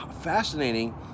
fascinating